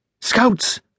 Scouts